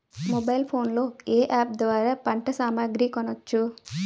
Mobile phone లో ఏ app ద్వారా పంట సామాగ్రి కొనచ్చు?